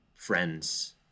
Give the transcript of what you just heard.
friends